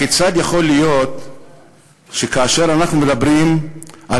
הכיצד יכול להיות שכאשר אנחנו מדברים על